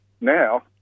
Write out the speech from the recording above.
Now